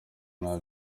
nta